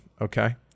Okay